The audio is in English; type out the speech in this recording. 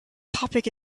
topic